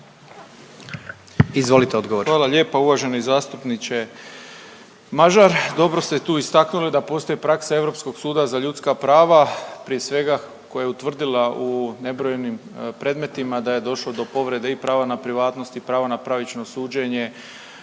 Hvala lijepa uvaženi zastupniče Mažar. Dobro ste tu istaknuli da postoji praksa Europskog suda za ljudska prava, prije svega koja je utvrdila u nebrojenim predmetima da je došlo do povrede i prava na privatnost i prava na pravično suđenje,